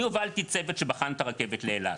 אני הובלתי צוות שבחן את הרכבת לאילת.